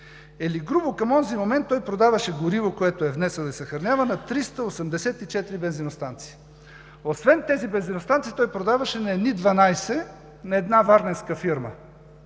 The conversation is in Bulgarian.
Или грубо към онзи момент той продаваше гориво, което е внесъл и съхранява, на 384 бензиностанции. Освен на тези бензиностанции, той продаваше на едни 12 на една Варненска фирма.